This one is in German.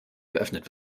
geöffnet